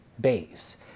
base